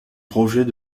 projet